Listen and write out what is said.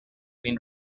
been